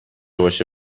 باشه